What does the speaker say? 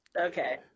Okay